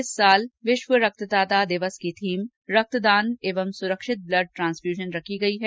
इस साल विश्व रक्तदाता दिवस की थीम रक्दान एवं सुरक्षित ब्लड ट्रांसफ्यूजन रखी गई है